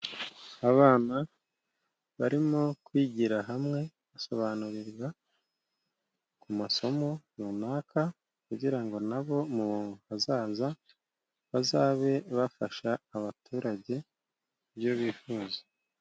Abana barimo kwigira hamwe, basobanurirwa ku masomo runaka, kugira nabo mu hazaza bazabe bafasha abaturage ibyo bifuza.